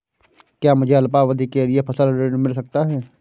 क्या मुझे अल्पावधि के लिए फसल ऋण मिल सकता है?